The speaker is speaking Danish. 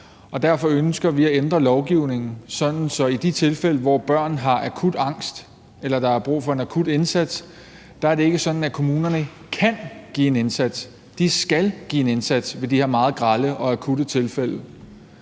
derfor ønsker vi at ændre lovgivningen, sådan at det i de tilfælde, hvor børn har akut angst eller der er brug for en akut indsats, ikke er sådan, at kommunerne kan give en indsats. De skal give en indsats i de her meget grelle og akutte tilfælde.